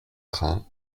train